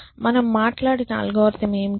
మనము మాట్లాడిన అల్గోరిథం ఏమిటి